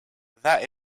that